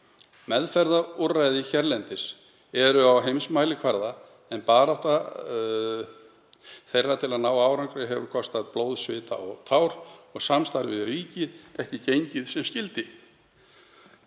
Meðferðarúrræði hérlendis eru á heimsmælikvarða, en baráttan til að ná árangri hefur kostað blóð, svita og tár og samstarfið við ríkið ekki gengið sem skyldi.